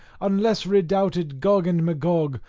unless redoubted gog and magog,